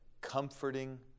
comforting